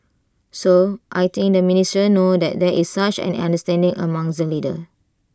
so I think the ministers know that there is such an understanding among the leaders